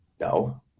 no